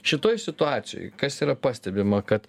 šitoj situacijoj kas yra pastebima kad